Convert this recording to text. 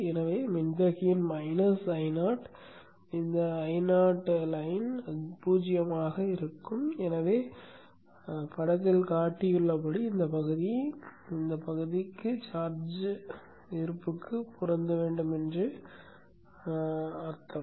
எனவே மின்தேக்கியின் minus Io இந்த Io கோடு 0 வரியாக இருக்கும் எனவே காட்டப்பட்டுள்ளபடி இந்தப் பகுதி இந்தப் பகுதிக்கு சார்ஜ் இருப்புக்குப் பொருந்த வேண்டும் என்று அர்த்தம்